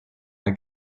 are